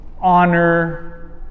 honor